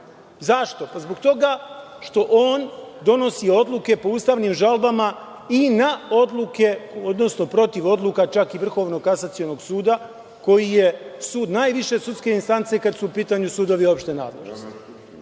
Zašto? Pa, zbog toga što on donosi odluke po ustavnim žalbama i na odluke, odnosno protiv odluka čak i Vrhovnog kasacionog suda, koji je sud najviše sudske instance kada su u pitanju sudovi opšte nadležnosti. Ako